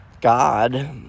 God